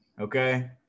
okay